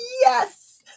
Yes